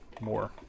more